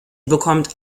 bekommt